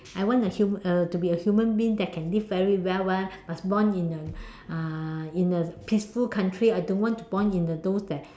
I want a hu~ uh to be a human being that can live very well [one] must born in a uh in a peaceful country I don't want to born in a those that